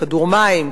כדור-מים,